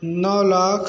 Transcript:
नौ lakh